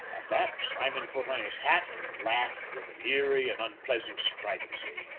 at that simon put on his hat and laughed with an eerie and unpleasant stridency.